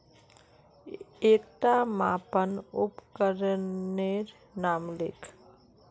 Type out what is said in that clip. एकटा मापन उपकरनेर नाम लिख?